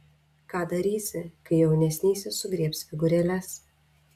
ką darysi kai jaunesnysis sugriebs figūrėles